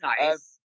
nice